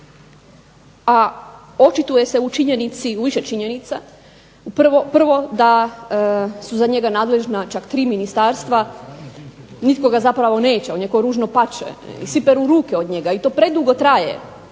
a očituje se u više činjenica. Prvo, da su za njega nadležna čak tri ministarstva, nitko ga zapravo neće, on je kao ružno pače i svi peru ruke od njega i to predugo traje.